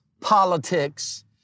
politics